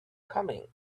coming